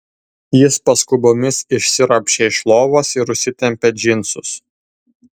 jis paskubomis išsiropščia iš lovos ir užsitempia džinsus